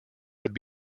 would